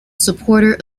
supporter